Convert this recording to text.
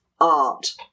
art